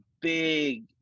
big